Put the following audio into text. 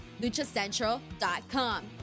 LuchaCentral.com